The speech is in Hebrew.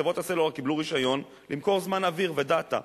חברות הסלולר קיבלו רשיון למכור זמן אוויר ו-data,